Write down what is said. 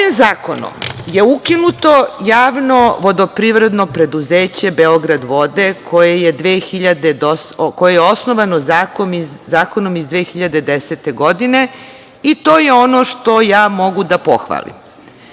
Ovim zakonom je ukinuto javno vodoprivredno preduzeće „Beogradvode“ koje je osnovano zakonom iz 2010. godine i to je ono što ja mogu da pohvalim.